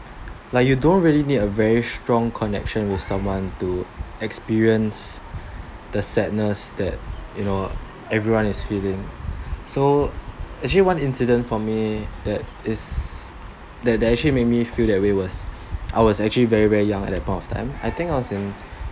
like you don't really need a very strong connection with someone to experience the sadness that you know everyone is feeling so actually one incident for me that is that that actually made me feel that way was I was actually very very young at that point of time I think I was in